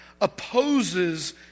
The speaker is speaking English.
opposes